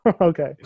Okay